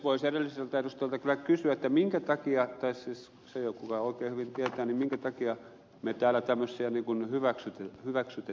voisi edelliseltä edustajalta kyllä kysyä tai siltä kuka oikein hyvin tietää minkä takia täällä tämmöisiä hyväksytetään eduskunnassa